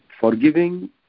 Forgiving